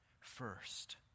first